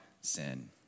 sin